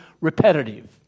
repetitive